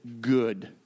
good